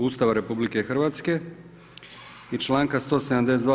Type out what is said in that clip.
Ustava RH i članka 172.